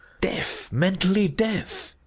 deaf, mentally deaf!